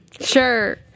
Sure